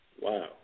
Wow